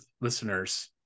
listeners